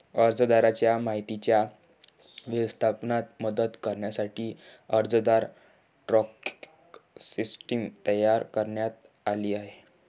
अर्जदाराच्या माहितीच्या व्यवस्थापनात मदत करण्यासाठी अर्जदार ट्रॅकिंग सिस्टीम तयार करण्यात आली आहे